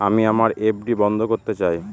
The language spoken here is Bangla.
আমি আমার এফ.ডি বন্ধ করতে চাই